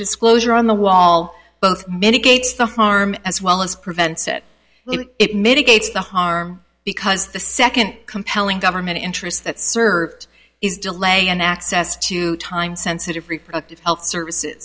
disclosure on the wall both many gates the harm as well as prevent set it mitigates the harm because the second compelling government interest that served is delay and access to time sensitive reproductive health services